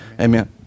amen